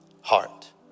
heart